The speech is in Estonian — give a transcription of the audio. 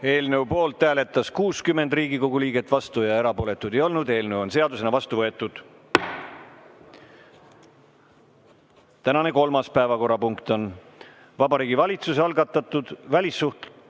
Eelnõu poolt hääletas 60 Riigikogu liiget, vastuolijaid ja erapooletuid ei olnud. Eelnõu on seadusena vastu võetud. Tänane kolmas päevakorrapunkt on Vabariigi Valitsuse algatatud